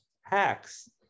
Hacks